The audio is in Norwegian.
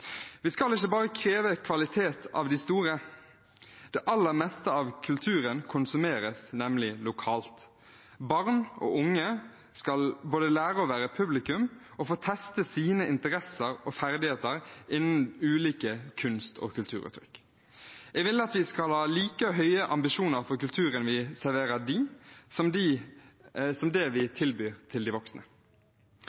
Vi skal ikke kreve kvalitet bare av de store. Det aller meste av kulturen konsumeres nemlig lokalt. Barn og unge skal både lære å være publikum og få testet sine interesser og ferdigheter innen ulike kunst- og kulturuttrykk. Jeg vil at vi skal ha like høye ambisjoner for kulturen vi serverer dem, som det vi